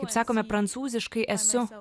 kaip sakome prancūziškai esu